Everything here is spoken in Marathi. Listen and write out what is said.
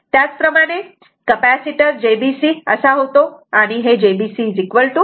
त्याच प्रमाणे कपॅसिटर jB C असा होतो आणि हे jB C 1XC असे आहे